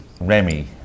Remy